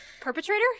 Perpetrator